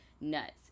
nuts